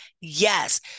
yes